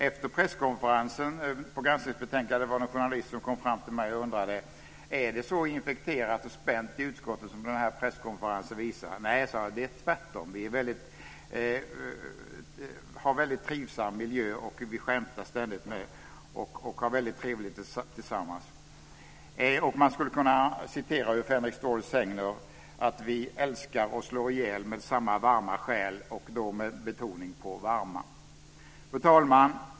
Efter presskonferensen i anslutning till granskningsbetänkandet var det en journalist som kram till mig och undrade: Är det så infekterat och spänt i utskottet som den här presskonferensen visar? Nej, svarade jag, det är tvärtom, vi har det väldigt trivsamt, skämtar ständigt och vi har det väldigt trevligt tillsammans. Man skulle kunna citera ur Fänrik Ståhls sägner: Vi "älskar och slår ihjäl med samma varma själ", och då med betoning på varma. Fru talman!